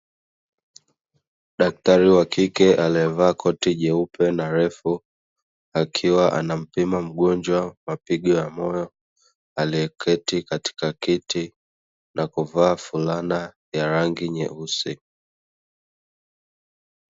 Daktari wakike aliyevaa koti jeupe na refu akiwa ana mpima mgojwa mapigo ya moyo aliyeketi katika kiti na kuvaa fulana ya rangi nyeusi.